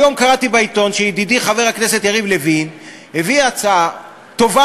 היום קראתי בעיתון שידידי חבר הכנסת יריב לוין הביא הצעה טובה